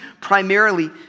primarily